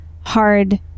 hard